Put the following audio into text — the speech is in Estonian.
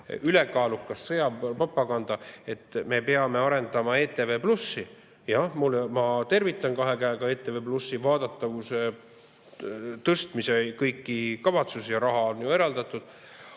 ülekaaluka sõjapropaganda vastu me peame arendama ETV+ ... Jah, ma tervitan kahe käega ETV+ vaadatavuse tõstmise kõiki kavatsusi ja raha on ju eraldatud,